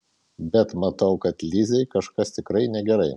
bet matau kad lizei kažkas tikrai negerai